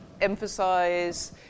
emphasize